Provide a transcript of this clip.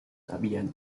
habían